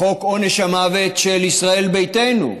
חוק עונש המוות של ישראל ביתנו,